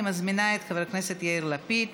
בבקשה, אני מזמינה את חבר הכנסת יאיר לפיד